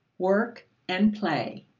work and play.